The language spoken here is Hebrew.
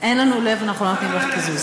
אין לכם לב, אתם לא נותנים לי קיזוז.